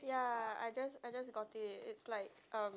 ya I just I just got it it's like um